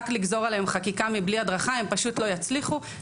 רק לגזור עליהם חקיקה מבלי הדרכה הם פשוט לא יצליחו.